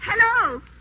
Hello